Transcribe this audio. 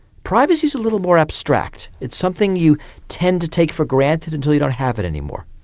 privacy is a little more abstract. it's something you tend to take for granted until you don't have it any more.